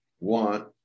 want